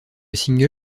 single